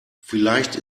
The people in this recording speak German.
vielleicht